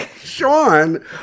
Sean